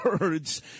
words